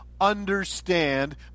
understand